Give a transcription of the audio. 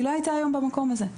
היא לא הייתה היום במקום הזה.